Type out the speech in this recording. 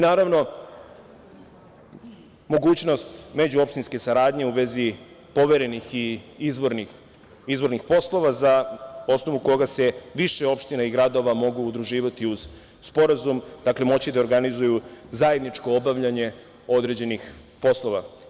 Naravno, mogućnost međuopštinske saradnje u vezi poverenih i izvornih poslova na osnovu koga se više opština i gradova mogu udruživati uz sporazum, moći će da organizuju zajedničko obavljanje određenih poslova.